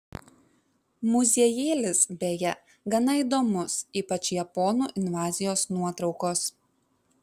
muziejėlis beje gana įdomus ypač japonų invazijos nuotraukos